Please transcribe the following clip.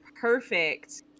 perfect